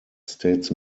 states